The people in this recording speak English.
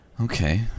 Okay